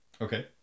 Okay